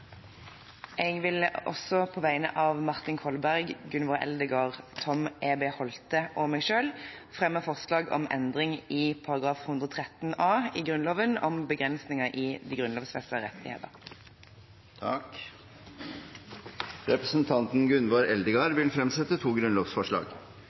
Jeg vil så på vegne av representantene Martin Kolberg, Gunvor Eldegard, Tom E.B. Holthe og meg selv fremme forslag om endring i § 113 a, om begrensninger i de grunnlovfestede rettigheter. Representanten Gunvor